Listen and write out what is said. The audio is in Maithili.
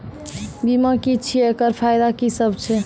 बीमा की छियै? एकरऽ फायदा की सब छै?